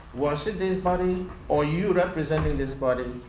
was it this body or you representing this body?